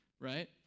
right